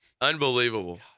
Unbelievable